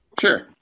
Sure